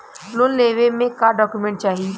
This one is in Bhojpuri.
लोन लेवे मे का डॉक्यूमेंट चाही?